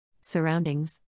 Surroundings